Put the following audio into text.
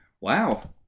Wow